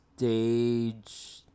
Stage